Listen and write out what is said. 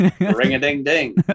Ring-a-ding-ding